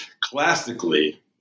Classically